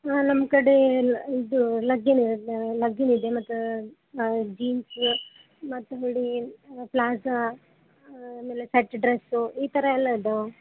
ಹಾಂ ನಮ್ಮಕಡೆ ಇದು ಇದು ಲಗ್ಗಿನ್ ಲಗ್ಗಿನ್ ಇದೆ ಮತ್ತು ಜೀನ್ಸ್ ಮತ್ತು ಹುಡ್ಗಿರ ಪ್ಲಾಜಾ ಆಮೇಲೆ ಸೆಟ್ ಡ್ರೆಸ್ಸು ಈ ಥರ ಎಲ್ಲ ಇದ್ದಾವೆ